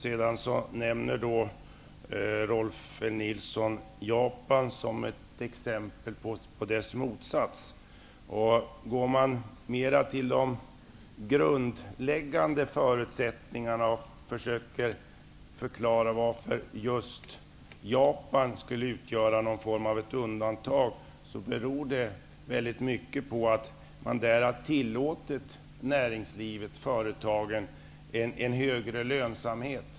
Sedan nämner Rolf L Nilson Japan som ett exempel på motsatsen. Går man mera till de grundläggande förutsättningarna och försöker förklara varför just Japan skulle utgöra någon form av ett undantag, finner man att det i Japan mycket beror på att näringslivet och företagen tillåtits att ha en högre lönsamhet.